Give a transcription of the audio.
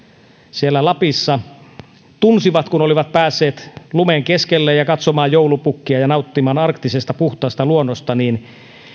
siellä lapissa tunsivat kun olivat päässeet lumen keskelle ja katsomaan joulupukkia ja nauttimaan arktisesta puhtaasta luonnosta niin